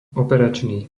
operačný